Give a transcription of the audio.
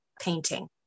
painting